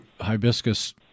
hibiscus